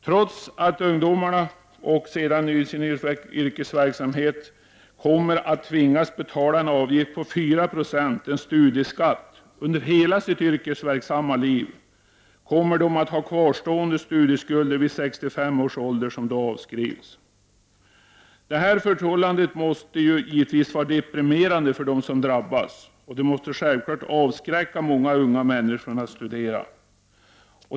Trots att ungdomarna under hela sitt yrkesverksamma liv tvingas betala en avgift om 4 96, en ”studieskatt”, kommer de att ha kvarstående studieskulder vid sextiofem års ålder. Men då avskrivs studieskulderna. Detta förhållande måste givetvis vara deprimerande för den som drabbas, och det måste självfallet avskräcka många unga människor från att studera.